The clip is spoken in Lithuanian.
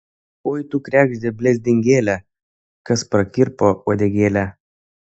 oi tu kregžde blezdingėle kas prakirpo uodegėlę